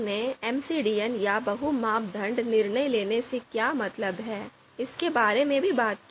हमने एमसीडीएम या बहु मापदंड निर्णय लेने से क्या मतलब है इसके बारे में भी बात की